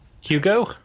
Hugo